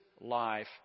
life